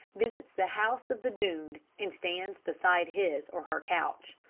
visits the house of the doomed and stands beside his, or her, couch.